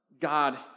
God